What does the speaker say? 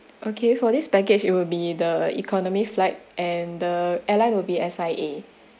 okay for this package it will be the economy flight and the airline will be S_I_A